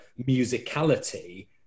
musicality